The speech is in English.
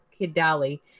Kidali